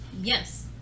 Yes